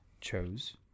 chose